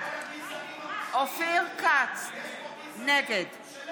בעד ונגד כל הגזענים.